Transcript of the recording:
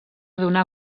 donar